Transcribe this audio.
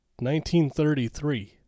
1933